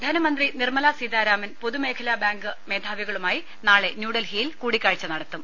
ധനമന്ത്രി നിർമ്മലാ സീതാരാമൻ പൊതുമേഖല ബാങ്ക് മേധാവുക ളുമായി നാളെ ന്യൂഡൽഹിയിൽ കൂടിക്കാഴ്ച നടത്തും